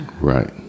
Right